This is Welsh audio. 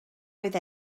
oedd